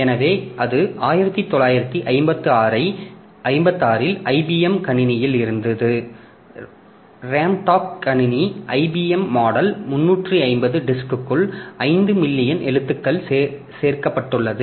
எனவே அது 1956 ஐபிஎம் கணினியில் இருந்தது ரேம்டாக் கணினி ஐபிஎம் மாடல் 350 டிஸ்க்குகள் 5 மில்லியன் எழுத்துக்கள் சேர்க்கப்பட்டுள்ளது